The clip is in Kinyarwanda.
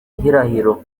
gihirahiro